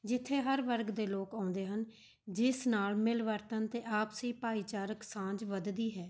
ਜਿੱਥੇ ਹਰ ਵਰਗ ਦੇ ਲੋਕ ਆਉਂਦੇ ਹਨ ਜਿਸ ਨਾਲ਼ ਮਿਲਵਰਤਨ ਅਤੇ ਆਪਸੀ ਭਾਈਚਾਰਕ ਸਾਂਝ ਵੱਧਦੀ ਹੈ